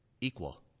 equal